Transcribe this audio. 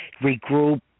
regroup